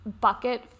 bucket